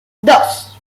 dos